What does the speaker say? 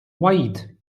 wide